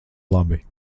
labi